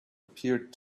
appeared